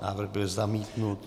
Návrh byl zamítnut.